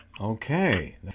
Okay